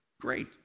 great